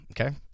Okay